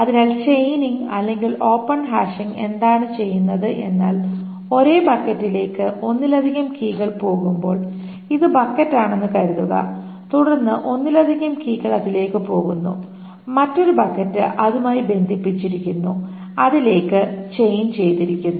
അതിനാൽ ചെയ്നിംഗ് അല്ലെങ്കിൽ open hashing എന്താണ് ചെയ്യുന്നത് എന്നാൽ ഒരേ ബക്കറ്റിലേക്ക് ഒന്നിലധികം കീകൾ പോകുമ്പോൾ ഇത് ബക്കറ്റ് ആണെന്ന് കരുതുക തുടർന്ന് ഒന്നിലധികം കീകൾ അതിലേക്ക് പോകുന്നു മറ്റൊരു ബക്കറ്റ് അതുമായി ബന്ധിപ്പിച്ചിരിക്കുന്നു അതിലേക്ക് ചെയ്ൻ ചെയ്തിരിക്കുന്നു